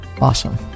awesome